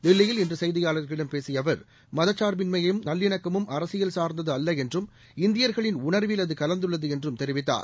தில்லியில்இன்று செய்தியாளர்களிடம்பேசியஅவர் மதச்சார்பின்மையும்நல்லிணக்கமும்அரசியல்சார்ந்ததுஅல்லஎன்றும்இந்தியர்களின் உணர்வில்அதுகலந்துள்ளதுஎன்றும் தெரிவித்தார்